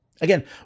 Again